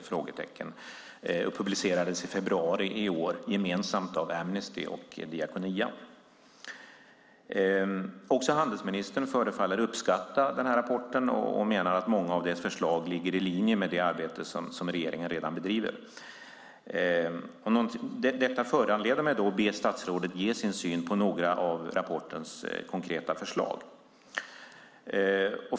och publicerades i februari i år gemensamt av Amnesty och Diakonia. Också handelsministern förefaller uppskatta rapporten och menar att många av dess förslag ligger i linje med det arbete regeringen redan bedriver. Detta föranleder mig att be statsrådet ge sin syn på några av rapportens konkreta förslag.